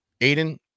Aiden